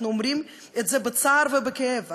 אנחנו אומרים את זה בצער ובכאב.